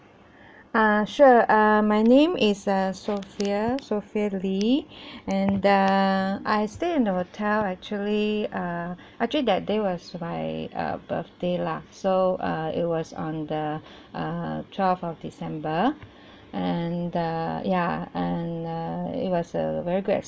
uh sure uh my name is uh sophia sophia lee and uh I stay in the hotel actually uh actually that day was my uh birthday lah so uh it was on the err twelve of december and the ya and uh it was a very good